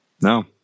No